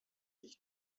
ich